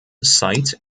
site